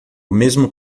mesmo